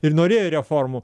ir norėjo reformų